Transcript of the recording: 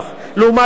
לעומת זאת,